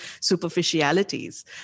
superficialities